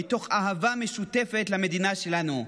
מתוך אהבה משותפת למדינה שלנו.